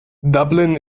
dublin